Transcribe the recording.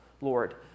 Lord